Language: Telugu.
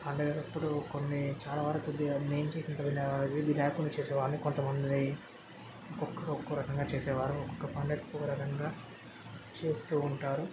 అంటే ఇప్పుడు కొన్ని చాలావరకు కొద్దిగా నేను చేసిన తగిన అవి వినాయకుని చేసేవాడిని కొంతమంది ఒక్కొక్కరు ఒక్కోరకంగా చేసేవారు ఒక్కొక్క పండక్కి ఒక్కోరకంగా చేస్తూ ఉంటారు